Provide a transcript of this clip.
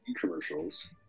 commercials